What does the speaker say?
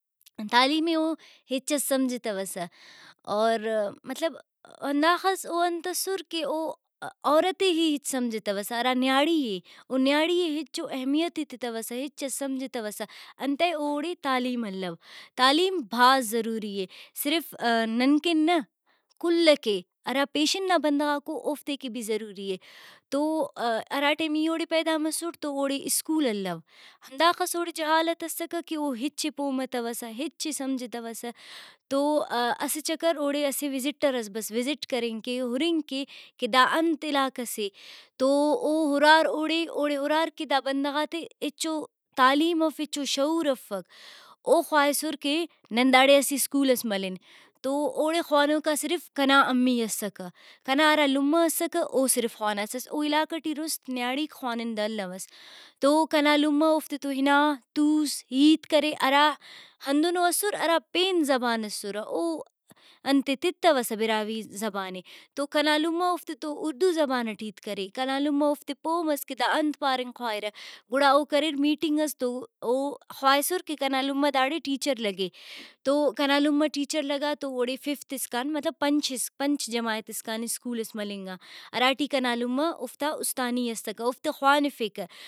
تعلیم ئے او ہچس سمجھتوسہ اور مطلب ہنداخس او انت اسر کہ او عورت ئے ہی ہچ سمجھتوسہ ہرا نیاڑی ئے او نیاڑی ئے ہچو اہمیت ہی تتوسہ ہچس سمجھتوسہ انتئے اوڑے تعلیم الو تعلیم بھاز ضروری اے صرف ننکن نہ کل ئکہ ہرا پیشن نا بندغاکو اوفتے کہ بھی ضروری اے۔ تو ہراٹیم ای اوڑے پیدا مسٹ تو اوڑے اسکول الو ہنداخس اوڑے جہالت اسکہ کہ او ہچے پہہ متوسہ ہچے سمجھتوسہ تو اسہ چکر اوڑے اسہ وزٹر ئس بس وزٹ کرنگ کے ہُرنگ کے کہ دا انت علاقہ سے تو او ہُرار اوڑے اوڑے ہُرار کہ دا بندغاتے ہچو تعلیم اف ہچو شعور افک او خواہسر کہ نن داڑے اسہ اسکول ئس ملن تو اوڑے خوانوکا صرف کنا امی اسکہ کنا ہرا لمہ اسکہ او صرف خواناسس او علاقہ ٹی رُست نیاڑیک خوانندہ الوس۔ تو کنا لمہ اوفتے تو ہنا توس ہیت کرے ہرا ہندنو اسر ہرا پین زبان اسرہ۔ او انتے تتوسہ براہوئی زبان اے تو کنا لمہ اوفتے تو اردو زبان ٹی ہیت کرے کنا لمہ اوفتے پہہ مس کہ دا انت پارنگ خواہرہ گڑا او کریر میٹنگ ئس تو او خواہسر کہ کنا لمہ داڑے ٹیچر لگے۔ تو کنا لمہ ٹیچر لگا تو اوڑے ففت اسکان مطلب پنچ اسک پنچ جماعت اسکان اسکول ئس ملنگا ہرا ٹی کنا لمہ اوفتا اُستانی اسکہ اوفتے خوانفیکہ